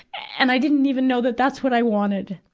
and i didn't even know that that's what i wanted.